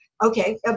Okay